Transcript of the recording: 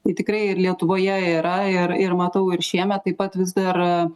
tai tikrai ir lietuvoje yra ir ir matau ir šiemet taip pat vis dar